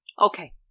Okay